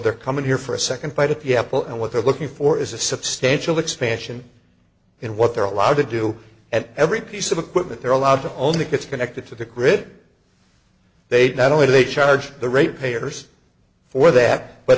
they're coming here for a nd bite if you have and what they're looking for is a substantial expansion in what they're allowed to do and every piece of equipment they're allowed to only gets connected to the grid they not only do they charge the rate payers for that but